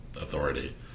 authority